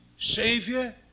Savior